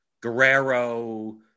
Guerrero